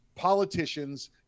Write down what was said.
politicians